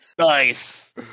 Nice